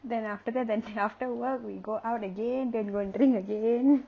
then after that then after work we go out again then you go and drink again